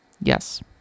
yes